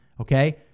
okay